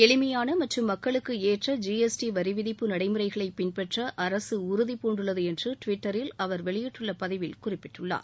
எளிமையான மற்றும் மக்களுக்கு ஏற்ற ஜிஎஸ்டி வரிவிதிப்பு நடைமுறைகளை பின்பற்ற அரசு உறுதிபூண்டுள்ளது என்று டுவிட்டரில் அவர் வெளியிட்டுள்ள பதிவில் குறிப்பிட்டுள்ளார்